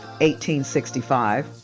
1865